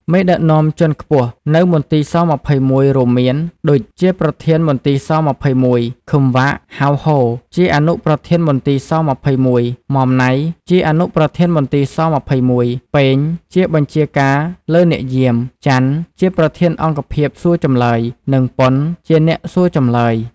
មេដឹកនាំជាន់ខ្ពស់នៅមន្ទីរ ស-២១ រួមមាន ឌុច ជាប្រធានមន្ទីរស-២១, ឃឹម វ៉ាក ហៅ ហ៊ ជាអនុប្រធានមន្ទីរ ស-២១, ម៉ម ណៃ ជាអនុប្រធានមន្ទីរស-២១, ប៉េង ជាបញ្ជាការលើអ្នកយាម, ចាន់ ជាប្រធានអង្គភាពសួរចម្លើយ និង ប៉ុន ជាអ្នកសួរចម្លើយ។